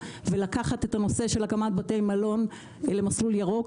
ולקחת את הנושא של הקמת בתי מלון למסלול ירוק,